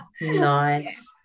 nice